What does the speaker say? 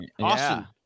Awesome